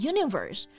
Universe